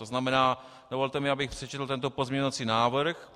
To znamená, dovolte mi, abych přečetl tento pozměňovací návrh: